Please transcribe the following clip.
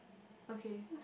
okay